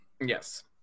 yes